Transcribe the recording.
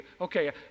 Okay